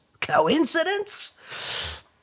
Coincidence